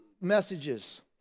messages